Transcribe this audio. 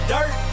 Dirt